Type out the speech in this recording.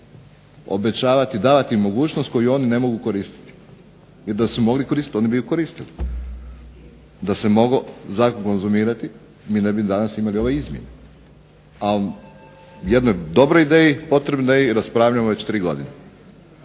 obećavati, davati mogućnost koju oni ne mogu koristiti jer da su je mogli koristiti oni bi ju koristili. Da se mogao zakon konzumirati mi ne bi danas imali ove izmjene, ali jednoj dobroj ideji, potrebnoj ideji raspravljamo već tri godine.